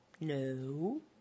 No